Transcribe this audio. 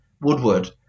Woodward